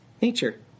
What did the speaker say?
nature